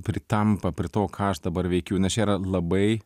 pritampa prie to ką aš dabar veikiu nes čia yra labai